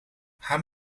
haar